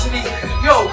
yo